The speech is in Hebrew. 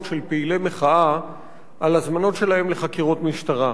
של פעילי מחאה על הזמנות שלהם לחקירות משטרה,